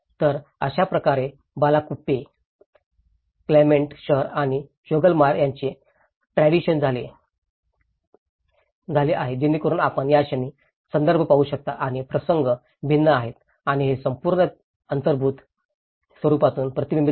तर अशाच प्रकारे बालाकुप्पे क्लेमेंट शहर आणि चोगलमसार यांचे ट्रॅजिशन झाले आहे जेणेकरून आपण याक्षणी संदर्भ पाहू शकता आणि प्रसंग भिन्न आहे आणि हे संपूर्णपणे त्याच्या अंगभूत स्वरूपातून प्रतिबिंबित होते